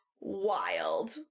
wild